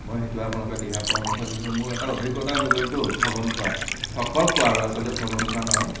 মই সেইটো আপোনালোকক দিহা পৰামৰ্শ দিছোঁ মোৰ এটা অভিজ্ঞতা হৈ গ'লতো ঠগন খোৱা ঠক্কৰ খোৱা আৰু আচলতে ঠগন খোৱা নহয়